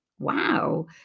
wow